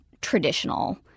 traditional